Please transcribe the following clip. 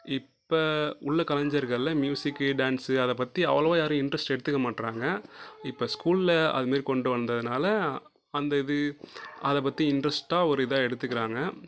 இப்போ உள்ள கலைஞர்களில் மியூசிக்கு டான்ஸு அதைப் பற்றி அவ்வளோவா யாரும் இன்ட்ரஸ்ட் எடுத்துக்க மாட்டுறாங்க இப்போ ஸ்கூலில் அது மாதிரி கொண்டு வந்ததுனால் அந்த இது அதைப் பற்றி இன்ட்ரஸ்ட்டாக ஒரு இதாக எடுத்துக்கிறாங்க